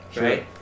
right